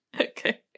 Okay